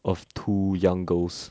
of two young girls